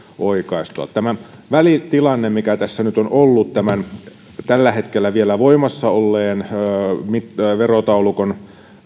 oikaistua tämä välitilanne mikä tässä nyt on ollut tällä hetkellä vielä voimassa olevan verotaulukon